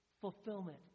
fulfillment